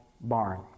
barn